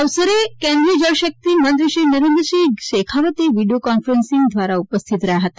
આ અવસરે કેન્દ્રિય જળશક્તિમંત્રીશ્રી નરેન્દ્રસિંહ શેખાવતે વીડીયો કોન્ફરન્સ દ્વારા ઉપસ્થિત રહ્યા હતા